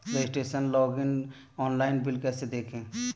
Registration login online bill कैसे देखें?